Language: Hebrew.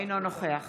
אינו נוכח